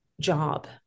job